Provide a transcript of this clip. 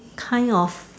kind of